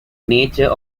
nature